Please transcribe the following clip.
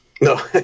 No